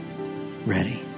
ready